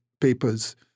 papers